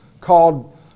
called